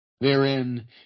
Therein